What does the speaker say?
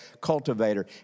cultivator